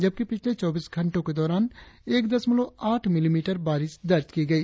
जबकि पिछले चौबीस घंटों के दौरान एक दशमलव आठ मिलीमीटर बारिश दर्ज की गई